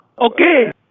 Okay